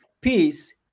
Peace